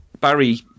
Barry